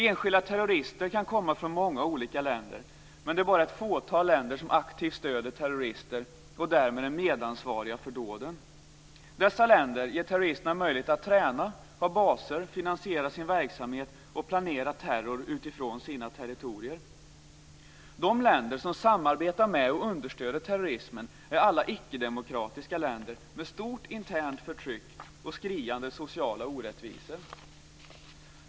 Enskilda terrorister kan komma från många olika länder, men det är bara ett fåtal länder som aktivt stöder terrorister och därmed är medansvariga för dåden. Dessa länder ger terroristerna möjlighet att träna, ha baser, finansiera sin verksamhet och planera terror utifrån sina territorier. De länder som samarbetar med och understöder terrorismen är alla ickedemokratiska länder med stort internt förtryck och skriande sociala orättvisor.